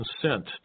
consent